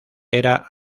era